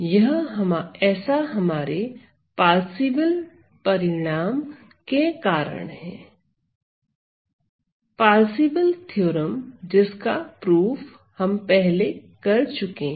यह ऐसा हमारे पारसीवल परिणाम के कारण है पारसीवल थ्योरम जिसका प्रमाण हम पहले कर चुके हैं